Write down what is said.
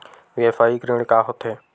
व्यवसायिक ऋण का होथे?